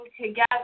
together